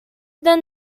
then